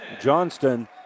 Johnston